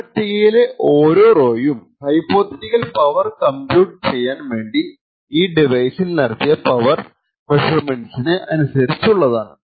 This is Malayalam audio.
ഈ പട്ടികയിലെ ഓരോ റോയും ഹൈപോതെറ്റിക്കൽ പവർ കംപ്യൂട്ട് ചെയ്യാൻ വേണ്ടി ഈ ഡിവൈസിയിൽ നടത്തിയ പവർ മെഷർമെന്റ്സിനു അനുസൃതമായുള്ളതാണ്